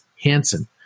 Hansen